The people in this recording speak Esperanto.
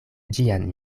ĝian